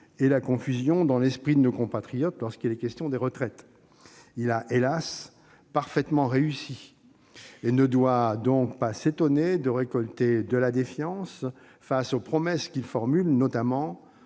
et la confusion dans l'esprit de nos compatriotes lorsqu'il est question des retraites. Il a, hélas, parfaitement réussi, et ne doit donc pas s'étonner de récolter de la défiance eu égard aux promesses qu'il formule, en